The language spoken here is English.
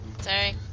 Sorry